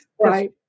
right